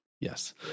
Yes